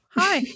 hi